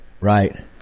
right